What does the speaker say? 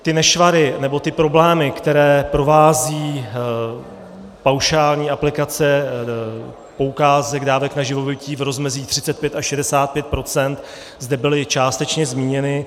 Ty nešvary, nebo ty problémy, které provází paušální aplikace poukázek dávek na živobytí v rozmezí 35 až 65 %, zde byly částečně zmíněny.